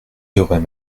devrais